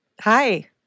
Hi